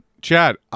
Chad